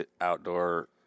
outdoor